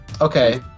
okay